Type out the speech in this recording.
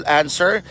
answer